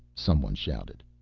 someone shouted.